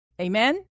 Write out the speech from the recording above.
Amen